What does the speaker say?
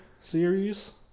series